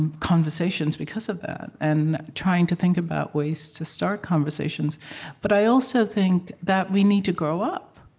and conversations because of that, and trying to think about ways to start conversations but i also think that we need to grow up